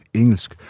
engelsk